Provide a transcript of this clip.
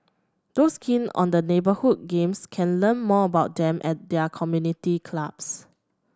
those keen on the neighbourhood games can learn more about them at their community clubs